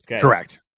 Correct